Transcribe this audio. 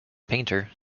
painter